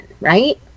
right